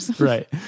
Right